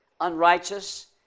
unrighteous